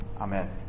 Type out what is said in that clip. Amen